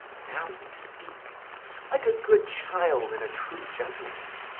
now you speak like a good child and a true gentleman.